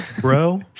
bro